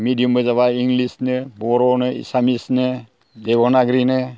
मिडियामबो जाबाय इंलिसनो बर'नो एसामिसनो देबनागिरिनो